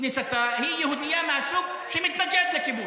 היא יהודייה מהסוג שמתנגד לכיבוש,